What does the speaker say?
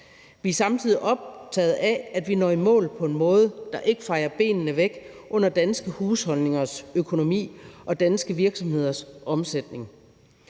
Vi er samtidig optaget af, at vi når i mål på en måde, der ikke fejer benene væk under danske husholdningers økonomi og danske virksomheders omsætning.